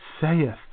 saith